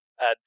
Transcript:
add